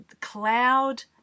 cloud